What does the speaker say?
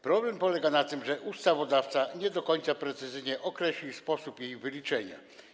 Problem polega na tym, że ustawodawca nie do końca precyzyjnie określił sposób jej wyliczenia.